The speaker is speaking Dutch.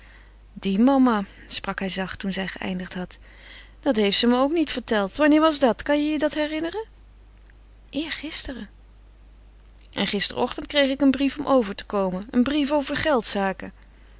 die mama sprak hij zacht toen zij geëindigd had dat heeft ze me ook niet verteld wanneer was dat kan je je dat herinneren eergisteren en gisteren ochtend kreeg ik een brief om over te komen een brief over geldzaken